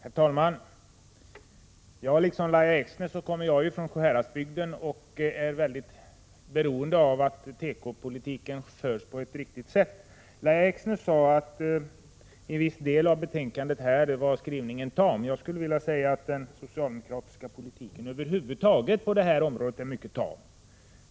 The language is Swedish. Herr talman! Jag kommer, liksom Lahja Exner, från Sjuhäradsbygden och är mycket beroende av att tekopolitiken förs på ett riktigt sätt. Lahja Exner sade att en viss del av betänkandets skrivning var tam. Jag skulle vilja säga att den socialdemokratiska politiken över huvud taget är mycket tam på detta område.